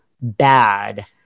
bad